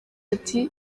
ati